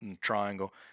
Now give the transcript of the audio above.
Triangle